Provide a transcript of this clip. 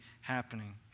happening